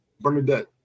Bernadette